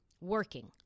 working